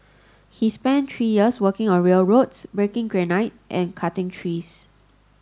he spent three years working on railroads breaking granite and cutting trees